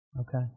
Okay